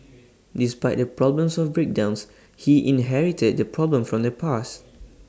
despite the problems of breakdowns he inherited the problem from the past